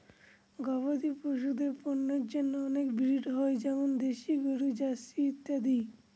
গবাদি পশুদের পন্যের জন্য অনেক ব্রিড হয় যেমন দেশি গরু, জার্সি ইত্যাদি